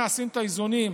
איך עושים את האיזונים,